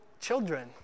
children